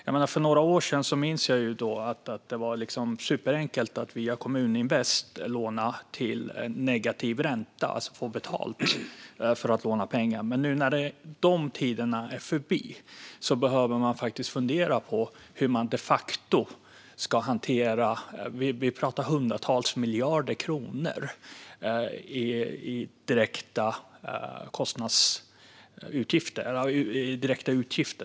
Jag minns att det för några år sedan var superenkelt att via Kommuninvest låna till negativ ränta - man fick alltså betalt för att låna pengar. Men nu när de tiderna är förbi behöver man fundera på hur man de facto ska hantera hundratals miljarder kronor i direkta utgifter.